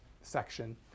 section